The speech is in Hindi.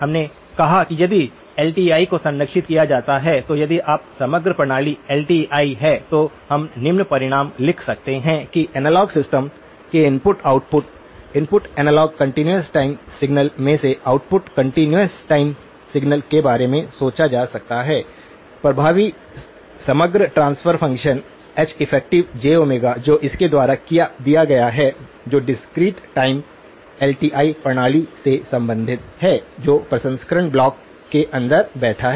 हमने कहा कि यदि एल टी आई को संरक्षित किया जाता है तो यदि आप समग्र प्रणाली एल टी आई है तो हम निम्न परिणाम लिख सकते हैं कि एनालॉग सिस्टम के input output input analogue continuous time signal में और आउटपुट कंटीन्यूअस टाइम सिग्नल के बारे में सोचा जा सकता है प्रभावी समग्र ट्रांसफर फंक्शन Heff जो इसके द्वारा दिया गया है जो डिस्क्रीट टाइम एलटीआई प्रणाली से संबंधित है जो प्रसंस्करण ब्लॉक के अंदर बैठा है